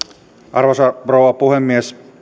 arvoisa rouva puhemies